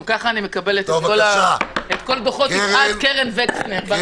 גם ככה אני מקבלת את כל דוחות --- קרן וקסנר.